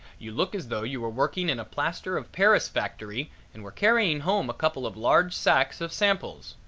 you look as though you were working in a plaster of paris factory and were carrying home a couple of large sacks of samples.